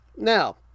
Now